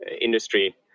industry